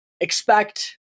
expect